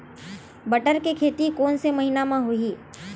बटर के खेती कोन से महिना म होही?